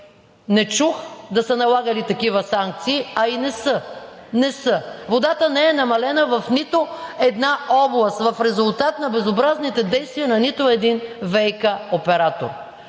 не чух да са налагали такива санкции, а и не са. Не са! Водата не е намалена в нито една област в резултат на безобразните действия на нито един ВиК оператор.